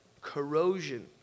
corrosion